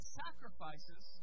sacrifices